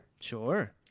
Sure